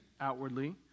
outwardly